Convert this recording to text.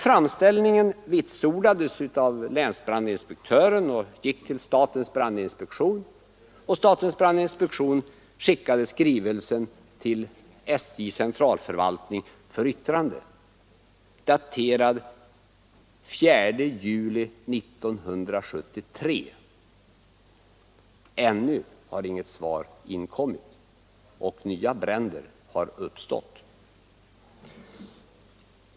Framställningen vitsordades av länsbrandinspektören och gick till statens brandinspektion, som sände skrivelsen till SJ:s centralförvaltning för yttrande. Skrivelsen var daterad den 4 juli 1973. Ännu har inget svar kommit och nya bränder har uppstått.